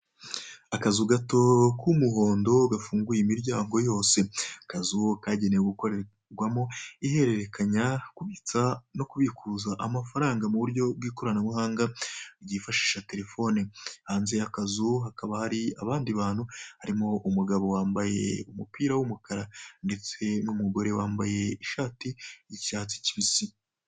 Akazu gato k'umuhondo gafunguye imiryango yose. Akazu kagenewe gukorerwamo ihererekanya kubitsa no kubikuza amafaranga muburyo bw'ikoranabuhanga hifashishijwe telefone. Hanze y'akazu hakaba hari abandi bantu harimo umugabo wambaye umupira w'umukara ndetse n'umugore wambaye ishati y'icyatsi kibisi.